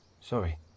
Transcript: Sorry